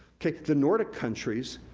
the nordic countries,